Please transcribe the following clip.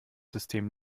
system